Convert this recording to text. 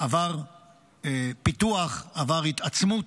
עבר פיתוח, עבר התעצמות.